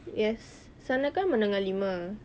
yes sana kan menengah lima